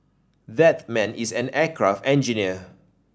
that man is an aircraft engineer